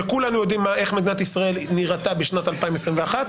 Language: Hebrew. שכולנו יודעים איך מדינת ישראל נראתה בשנת 2021,